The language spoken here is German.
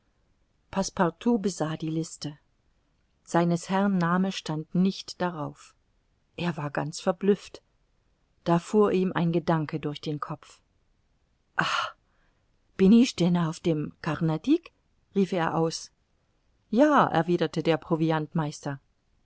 besah die liste seines herrn name stand nicht darauf er war ganz verblüfft da fuhr ihm ein gedanke durch den kopf ah bin ich denn auf dem carnatic rief er aus ja erwiderte der